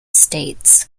states